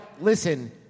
listen